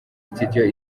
studio